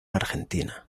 argentina